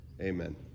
amen